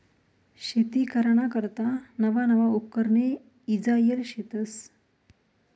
शेती कराना करता नवा नवा उपकरणे ईजायेल शेतस